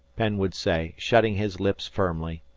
penn would say, shutting his lips firmly.